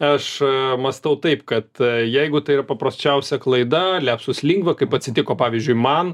aš mąstau taip kad jeigu tai yra paprasčiausia klaida lepsus lingva kaip atsitiko pavyzdžiui man